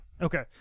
Okay